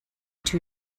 two